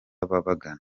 ababagana